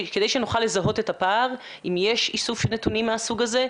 כדי שנוכל לזהות את הפער אם יש איסוף של נתונים מהסוג הזה,